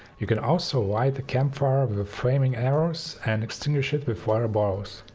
you can also light a campfire with flaming arrows and extinguish it with water bottles.